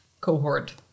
cohort